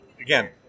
again